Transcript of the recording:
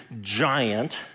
giant